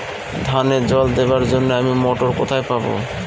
ধানে জল দেবার জন্য আমি মটর কোথায় পাবো?